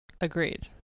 agreed